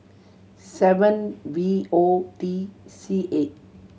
seven V O T C eight